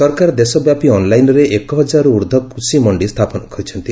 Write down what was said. ସରକାର ଦେଶବ୍ୟାପୀ ଅନ୍ଲାଇନ୍ରେ ଏକ ହଜାରରୁ ଊର୍ଦ୍ଧ୍ୱ କୃଷିମଣ୍ଡି ସ୍ଥାପନ କରିଛନ୍ତି